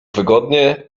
wygodnie